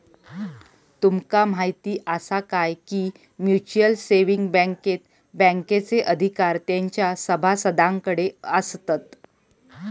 तुमका म्हायती आसा काय, की म्युच्युअल सेविंग बँकेत बँकेचे अधिकार तेंच्या सभासदांकडे आसतत